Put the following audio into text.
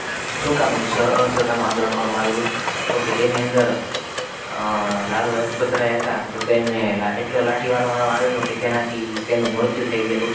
શું કામ અસહકારનું આંદોલન કરવામાં આવેલું તો કે તેની અંદર લાલા લજપતરાય હતા તો તેને એટલો લાઠી માર મારવામાં આવેલો કે તેનાંથી તેનું મૃત્યુ થઈ ગએલું